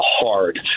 hard